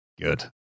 Good